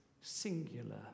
singular